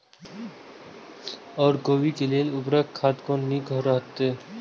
ओर कोबी के लेल उर्वरक खाद कोन नीक रहैत?